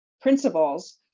principles